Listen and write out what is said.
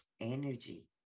energy